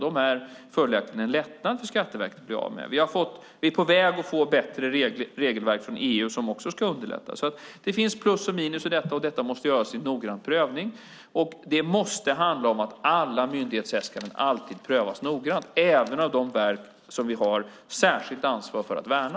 Det var följaktligen en lättnad för Skatteverket att bli av med dem. Vi är nu på väg att få bättre regelverk från EU som också ska underlätta. Det finns alltså plus och minus i detta. Det måste göras en noggrann prövning. Alla myndighetsäskanden måste alltid prövas noggrant, även från de verk som vi har särskilt ansvar att värna.